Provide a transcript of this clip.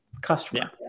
customer